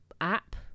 app